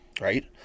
Right